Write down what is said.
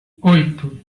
oito